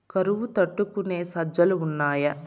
కరువు తట్టుకునే సజ్జలు ఉన్నాయా